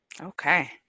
okay